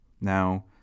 Now